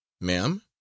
Ma'am